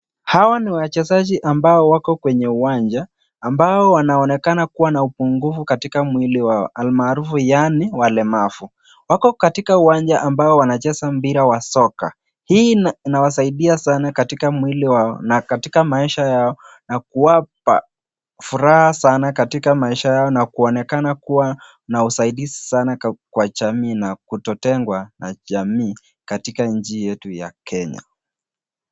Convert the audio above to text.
Hawa ni wachezaji ambao wako kwenye uwanja ambao wanaonekana kuwa na upungufu katika mwili au maarufu yaani walemavu. Wako katika uwanja ambao wanacheza mpira wa soka. Hii inawasaidia sana katika mwili wao na katika maisha yao na kuwapa furaha sana katika maisha yao na kuonekana kuwa na usaidizi sana kwa jamii na kutotengwa na jamii katika nchi yetu ya Kenya.